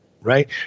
right